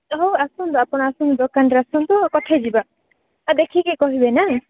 ହଉ ଆପଣ ଆସନ୍ତୁ ଦୋକାନରେ ଆସନ୍ତୁ କଥା ହୋଇଯିବା ଆଉ ଦେଖିକି କହିବେ ନା